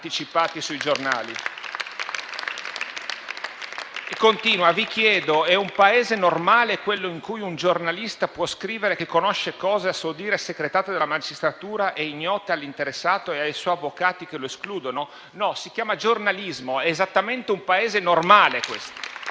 «Vi chiedo: è un Paese normale quello in cui un giornalista può scrivere che conosce cose a suo dire secretate dalla magistratura e ignote all'interessato e ai suoi avvocati che lo escludono?». No, si chiama giornalismo, questo è esattamente un Paese normale. Questo